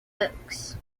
oaks